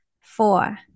four